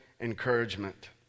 encouragement